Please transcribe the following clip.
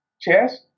chess